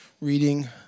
reading